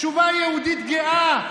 התשובה היהודית הגאה,